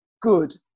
good